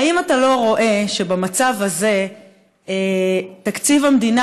האם אתה לא רואה שבמצב הזה תקציב המדינה